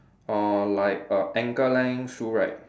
uh like a ankle length shoe right